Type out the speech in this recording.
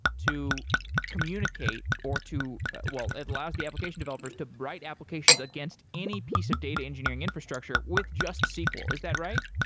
to communicate, or to well, it allows the application developers to write applications against any piece of data engineering infrastructure with just is that right?